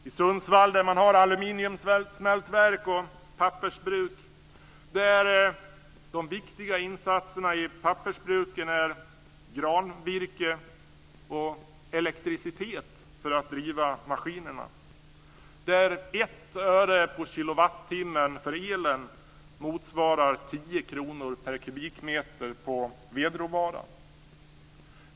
I Sundsvall har man aluminiumsmältverk och pappersbruk, och där är de viktiga insatserna i pappersbruken granvirke och elektricitet för att driva maskinerna. Där motsvarar 1 öre per kilowattimme för elen 10 kr per kubikmeter för vedråvaran.